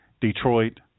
Detroit